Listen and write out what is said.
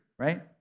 right